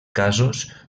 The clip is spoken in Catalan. casos